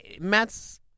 Matt's